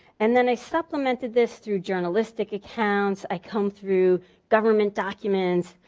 and then i supplemented this through journalistic accounts i come through government documents,